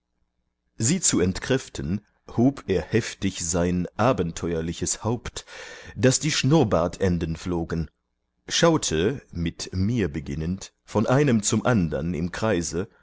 sie zu entkräften hob er heftig sein abenteuerliches haupt daß die schnurrbartenden flogen schaute mit mir beginnend von einem zum andern im kreise